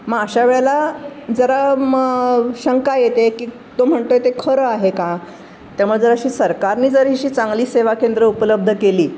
मग अशा वेळेला जरा मग शंका येते की तो म्हणतो आहे ते खरं आहे का त्यामुळे जर अशी सरकारने जरी अशी चांगली सेवा केंद्रं उपलब्ध केली